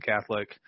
Catholic